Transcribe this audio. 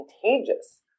contagious